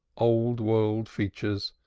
old-world features,